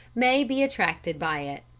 may be attracted by it.